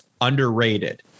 underrated